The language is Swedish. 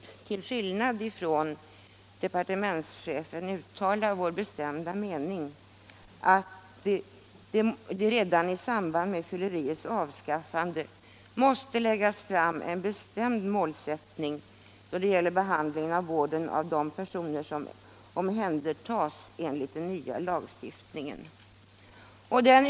Till skillnad från departementschefen vill vi emellertid uttala — avskaffande, m.m. som vår bestämda mening att det redan i samband med fylleriets avkriminalisering måste läggas fast en bestämd målsättning för behandlingen och vården av de personer som omhändertas enligt den nya lagen.